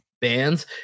bands